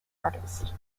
artist